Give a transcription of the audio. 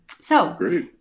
So-